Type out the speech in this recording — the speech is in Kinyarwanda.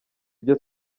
ibyo